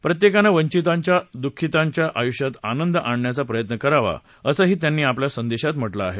प्रत्येकाने वंचितांच्या दुःखितांच्या आयुष्यात आनंद आणण्याचा प्रयत्न करावा असंही त्यांनी आपल्या संदेशात म्हटलं आहे